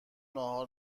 ناهار